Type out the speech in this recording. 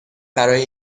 برای